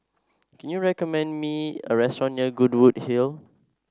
can you recommend me a restaurant near Goodwood Hill